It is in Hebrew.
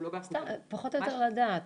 סתם פחות או יותר לדעת,